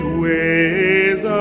ways